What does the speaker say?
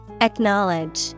Acknowledge